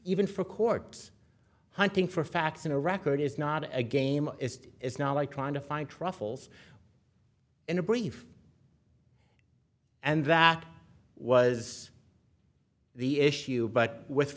even for courts hunting for facts in a record is not a game is it is not like trying to find truffles in a brief and that was the issue but with